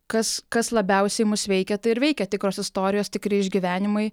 kas kas labiausiai mus veikia tai ir veikia tikros istorijos tikri išgyvenimai